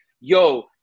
yo